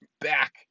back